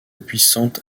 puissante